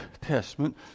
Testament